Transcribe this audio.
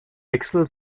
wechsel